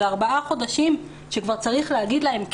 זה ארבעה חודשים שכבר צריך להגיד להן כן.